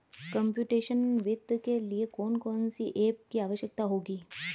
Computational वित्त के लिए कौन कौन सी एप की आवश्यकता होगी?